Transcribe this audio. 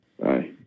bye